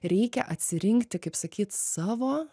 reikia atsirinkti kaip sakyt savo